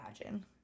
imagine